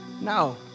No